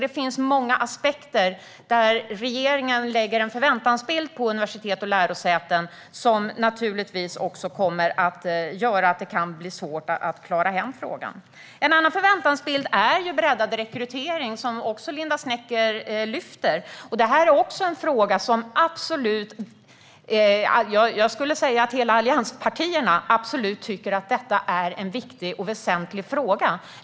Det finns många aspekter där regeringen lägger en förväntansbild på universitet och lärosäten som naturligtvis också kommer att göra det svårt att klara hem frågan. En annan förväntansbild är breddad rekrytering. Linda Snecker lyfte upp även den frågan. Alla allianspartier tycker att detta är en viktig och väsentlig fråga.